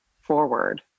forward